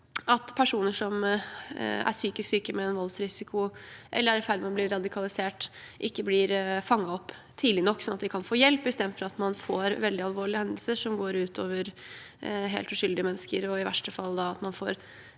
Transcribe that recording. om personer som er psykisk syke med voldsrisiko, eller som er i ferd med å bli radikalisert, ikke blir fanget opp tidlig nok. De må få hjelp, istedenfor at man får veldig alvorlige hendelser som går ut over helt uskyldige mennesker – i verste fall drap. Så